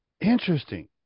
Interesting